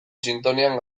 sintonian